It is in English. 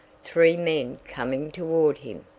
three men coming toward him.